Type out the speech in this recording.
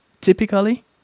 Typically